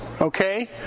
okay